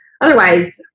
Otherwise